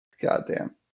goddamn